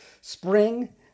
spring